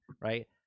right